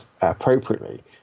appropriately